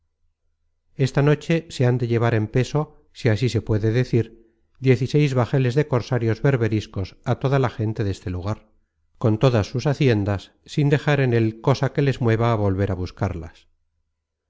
esta noche se han de llevar en peso si así se puede decir diez y seis bajeles de cosarios berberiscos á toda la gente deste lugar con todas sus haciendas sin dejar en él cosa que les mueva á volver á buscarlas